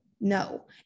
No